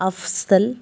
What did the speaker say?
Afsal